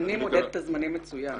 אני מודדת את הזמנים מצוין.